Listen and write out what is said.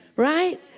Right